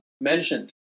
mentioned